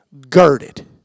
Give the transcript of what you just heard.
girded